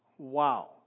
Wow